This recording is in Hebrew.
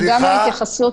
סליחה.